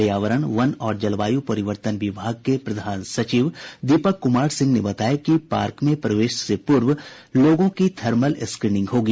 पर्यावरण वन और जलवायु परिवर्तन विभाग के प्रधान सचिव दीपक कुमार सिंह ने बताया कि पार्क में प्रवेश से पूर्व लोगों की थर्मल स्क्रीनिंग होगी